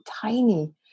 tiny